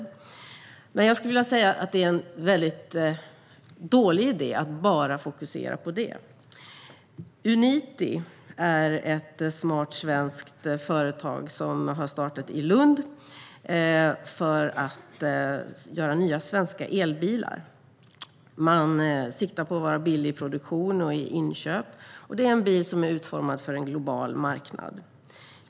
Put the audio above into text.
Att bara fokusera på det tycker jag är en dålig idé. Uniti är ett smart svenskt företag som har startat i Lund för att göra nya svenska elbilar. De siktar på att vara billiga i produktion och inköp, och bilen är utformad för en global marknad.